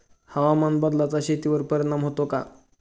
हवामान बदलाचा शेतीवर परिणाम होतो का?